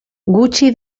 gutxi